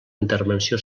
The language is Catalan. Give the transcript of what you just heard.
intervenció